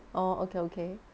orh okay okay